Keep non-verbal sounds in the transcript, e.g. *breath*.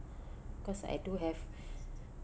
cause I do have *breath*